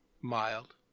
mild